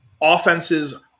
offenses